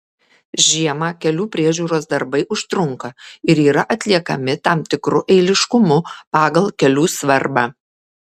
žiemą kelių priežiūros darbai užtrunka ir yra atliekami tam tikru eiliškumu pagal kelių svarbą